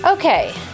Okay